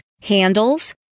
handles